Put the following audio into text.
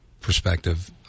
perspective